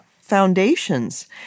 foundations